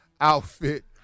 outfit